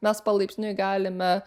mes palaipsniui galime